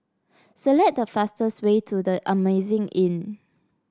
select the fastest way to The Amazing Inn